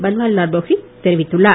பன்வாரிலால் புரோகித் தெரிவித்துள்ளார்